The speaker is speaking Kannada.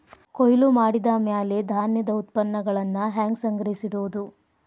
ಕೊಯ್ಲು ಮಾಡಿದ ಮ್ಯಾಲೆ ಧಾನ್ಯದ ಉತ್ಪನ್ನಗಳನ್ನ ಹ್ಯಾಂಗ್ ಸಂಗ್ರಹಿಸಿಡೋದು?